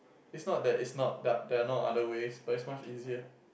it's not that it's not that there are no other ways but it's much easier